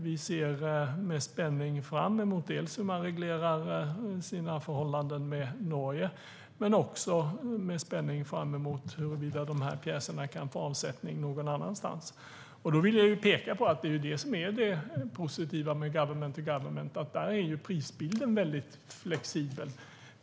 Vi ser med spänning fram emot dels hur man reglerar sina förhållanden med Norge, dels huruvida de här pjäserna kan få avsättning någon annanstans. Jag vill peka på att det positiva med government to government är att prisbilden är mycket flexibel.